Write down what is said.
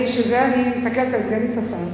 בשביל זה אני מסתכלת על סגנית השר.